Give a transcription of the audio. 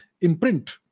imprint